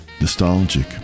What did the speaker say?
nostalgic